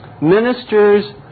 Ministers